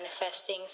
manifesting